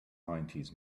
nineties